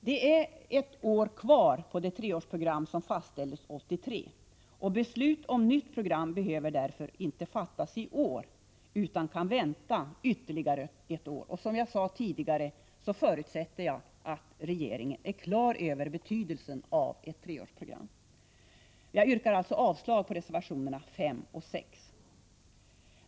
Det är ett år kvar av det treårsprogram som fastställdes 1983. Beslut om nytt program behöver därför inte fattas i år utan kan vänta ytterligare ett år. Som jag sade tidigare, förutsätter jag att regeringen är klar över betydelsen av ett treårsprogram. Jag yrkar alltså avslag på reservationerna 5 och 6.